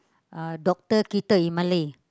uh doktor kita in Malay